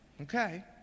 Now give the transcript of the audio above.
Okay